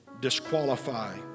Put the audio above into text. disqualify